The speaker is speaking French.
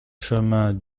chemin